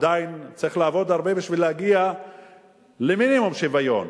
עדיין צריך לעבוד הרבה בשביל להגיע למינימום שוויון,